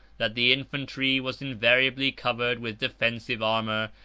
that the infantry was invariably covered with defensive armor,